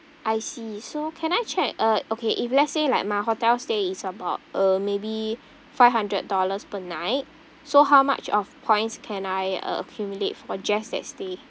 I see so can I check uh okay if let's say like my hotel stay is about uh maybe five hundred dollars per night so how much of points can I uh accumulate for just that stay